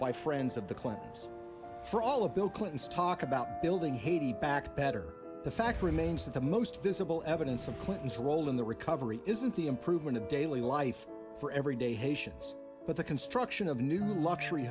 by friends of the clintons for all of bill clinton's talk about building haiti back better the fact remains that the most visible evidence of clinton's role in the recovery isn't the improvement of daily life for every day haitians but the construction of new luxury